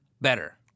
better